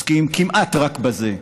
עוסקים כמעט רק בזה.